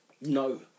No